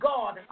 God